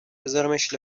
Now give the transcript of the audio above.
بذارمش